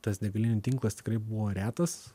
tas degalinių tinklas tikrai buvo retas